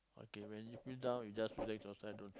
okay when you feel down you just relax yourself don't